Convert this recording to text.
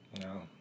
No